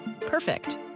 Perfect